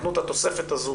נתנו את התוספת הזו